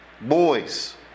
boys